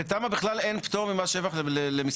בתמ"א, בכלל אין פטור ממס שבח למסחרי.